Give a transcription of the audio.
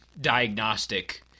diagnostic